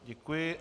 Děkuji.